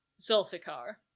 Zulfikar